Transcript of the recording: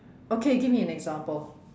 okay give me an example